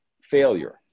Failure